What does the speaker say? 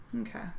okay